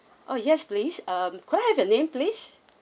oh yes please um could I have your name please